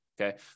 okay